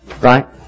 right